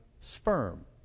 sperm